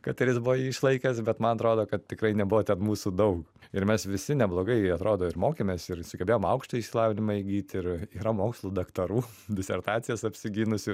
kad ir jis buvo jį išlaikęs bet man atrodo kad tikrai nebuvo ten mūsų daug ir mes visi neblogai atrodo ir mokėmės ir sugebėjom aukštąjį išsilavinimą įgyt ir yra mokslų daktarų disertacijas apsigynusių